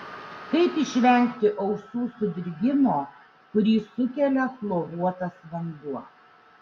kaip išvengti ausų sudirgimo kurį sukelia chloruotas vanduo